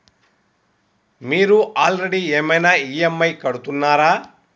మీరు ఆల్రెడీ ఏమైనా ఈ.ఎమ్.ఐ కడుతున్నారా?